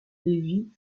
lévy